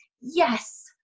yes